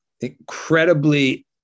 incredibly